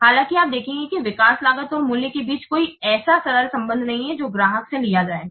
हालाँकि आप देखेंगे कि विकास लागत और मूल्य के बीच कोई ऐसा सरल संबंध नहीं है जो ग्राहक से लिया जाएगा